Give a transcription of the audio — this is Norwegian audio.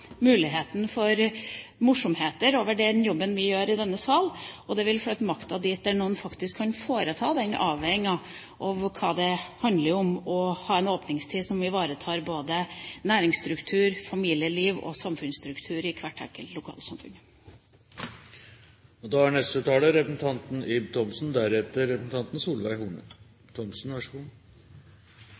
muligheten for å lage morsomheter rundt den jobben vi gjør i denne sal, og det vil flytte makta dit hvor noen faktisk kan foreta avveiningen av hva det handler om å ha en åpningstid som ivaretar både næringsstruktur, familieliv og samfunnsstruktur i hvert enkelt lokalsamfunn. Brustad-bua er selvsagt ingen stor, avgjørende sak for det norske samfunnet, men det er et godt eksempel på en overdrivelse av – og